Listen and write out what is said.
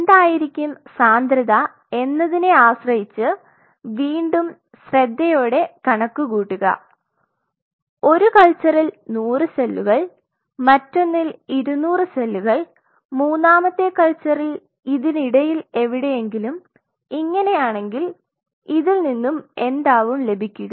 എന്തായിരിക്കും സാന്ദ്രത എന്നതിനെ ആശ്രയിച്ച് വീണ്ടും ശ്രദ്ധയോടെ കണക്കുകൂട്ടുക ഒരു കൾച്ചറിൽ 100 സെല്ലുകൾ മറ്റൊന്നിൽ 200 സെല്ലുകൾ മൂന്നാമത്തെ കൾച്ചറിൽ ഇതിനിടയിൽ എവിടെയെങ്കിലും ഇങ്ങനെയാണെങ്കിൽ ഇതിൽ നിന്നും എന്താവും ലഭിക്കുക